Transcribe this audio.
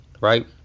right